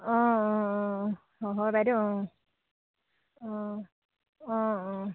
অঁ অঁ অঁ হয় বাইদেউ অঁ অঁ অঁ অঁ